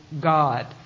God